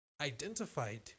identified